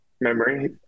memory